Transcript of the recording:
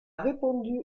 répondu